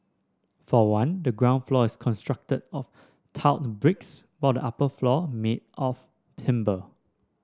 for one the ground floor is constructed of tiled bricks while the upper floors made of timber